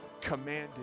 commanded